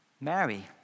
Mary